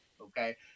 Okay